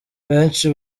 benshi